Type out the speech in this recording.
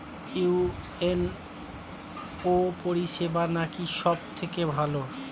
UNO পরিসেবা নাকি সব থেকে ভালো?